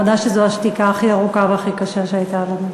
מודה שזאת השתיקה הכי ארוכה והכי קשה שהייתה לנו.